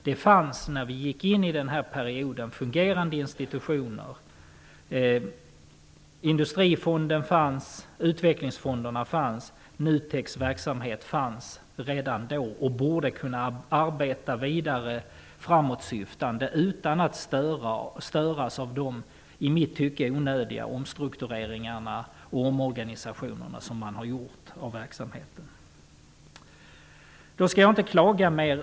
I början av perioden fanns det fungerande institutioner: Dessa borde kunna arbeta vidare framåtsyftande utan att störas av de i mitt tycke onödiga omstruktureringarna och omorganisationerna som man har gjort. Nu skall jag inte klaga mera.